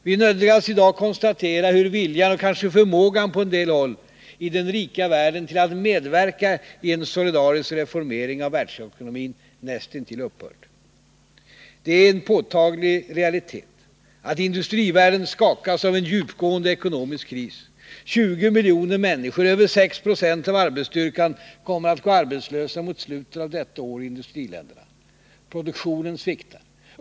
Vi nödgas i dag konstatera hur viljan — och kanske förmågan på en del håll — i den rika världen till att medverka i en solidarisk reformering av världsekonomin näst intill upphört. Det är en påtaglig realitet, att industrivärlden skakas av en djupgående ekonomisk kris: 20 miljoner människor, över 6 Zo av arbetsstyrkan, kommer att gå arbetslösa mot slutet av detta år i industriländerna. Produktionen sviktar.